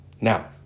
Now